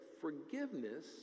forgiveness